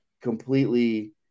completely